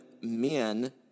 men